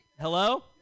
hello